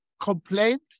complaint